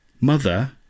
Mother